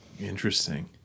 Interesting